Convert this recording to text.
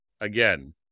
Again